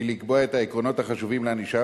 היא לקבוע את העקרונות החשובים לענישה,